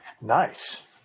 Nice